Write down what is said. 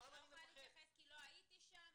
אני לא יכולה להתייחס כי לא הייתי שם,